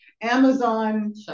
Amazon